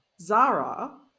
Zara